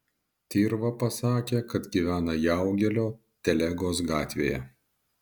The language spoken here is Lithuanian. tirva pasakė kad gyvena jaugelio telegos gatvėje